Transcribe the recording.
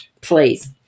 please